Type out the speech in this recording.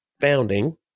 founding